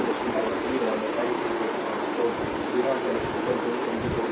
तो v0 3 i 8 तो v0 your 24 volt